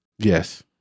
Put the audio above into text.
Yes